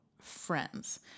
friends